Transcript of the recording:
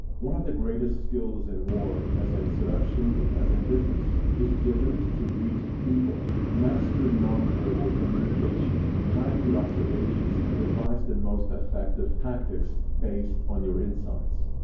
one of the greatest skills in war, as in seduction as in business is the ability to read people. master non-verbal communication, hide your observations and devise the most effective tactics based on your insights.